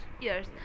yes